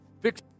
fix